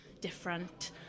different